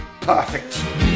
Perfect